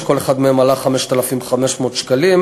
שכל אחד מהם עלה 5,500 שקלים,